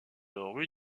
rue